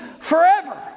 forever